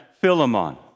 Philemon